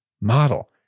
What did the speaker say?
model